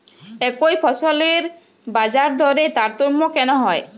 একই ফসলের বাজারদরে তারতম্য কেন হয়?